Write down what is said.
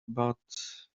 but